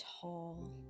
tall